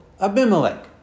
Abimelech